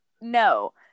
No